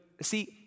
see